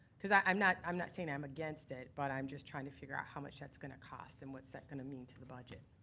i'm not i'm not saying i'm against it, but i'm just trying to figure out how much that's gonna cost and what's that gonna mean to the budget?